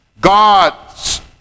God's